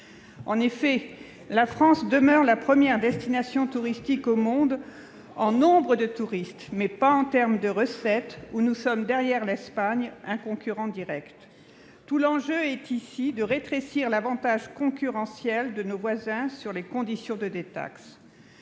En effet, la France demeure la première destination touristique au monde en nombre de touristes, mais pas en recettes, où nous sommes derrière l'Espagne, un concurrent direct. Tout l'enjeu est ici de rétrécir l'avantage concurrentiel de nos voisins sur les conditions de détaxe.